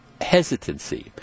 hesitancy